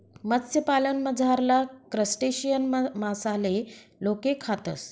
मत्स्यपालनमझारला क्रस्टेशियन मासाले लोके खातस